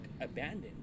abandoned